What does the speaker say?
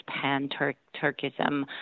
pan-Turkism